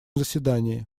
заседании